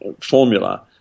formula